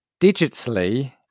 Digitally